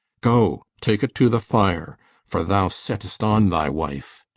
go, take it to the fire for thou set'st on thy wife.